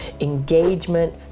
engagement